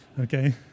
Okay